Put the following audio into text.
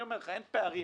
אין פערים